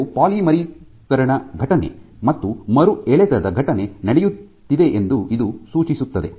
ಕೆಲವು ಪಾಲಿಮರೈಝೇಷನ್ ಘಟನೆ ಮತ್ತು ಮರು ಎಳೆತದ ಘಟನೆ ನಡೆಯುತ್ತಿದೆ ಎಂದು ಇದು ಸೂಚಿಸುತ್ತದೆ